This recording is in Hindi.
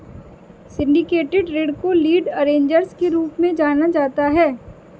सिंडिकेटेड ऋण को लीड अरेंजर्स के रूप में जाना जाता है